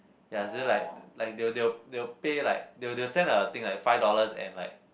ya so like like they will they will they will pay like they will they will send a thing like five dollars and like